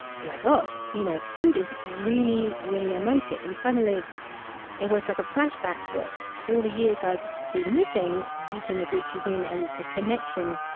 oh my god. you know food is really, really emotive. and suddenly it was like a flashback to all the years i'd been missing eating the greek cuisine and the connection.